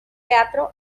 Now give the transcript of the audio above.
teatro